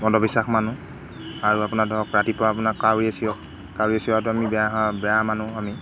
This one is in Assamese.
অন্ধবিশ্বাস মানোঁ আৰু আপোনাৰ ধৰক ৰাতিপুৱা আপোনাৰ কাউৰীয়ে কাউৰীয়ে চিঞৰাতো আমি বেয়া হোৱা বেয়া মানুহ আমি